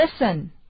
Listen